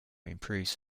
improves